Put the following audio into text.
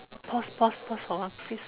pause pause pause for a while please